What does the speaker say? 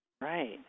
Right